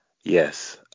yes